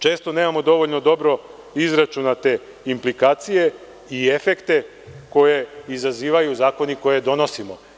Često nemamo dovoljno dobro izračunate implikacije i efekte koje izazivaju zakoni koje donosimo.